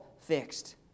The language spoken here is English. fixed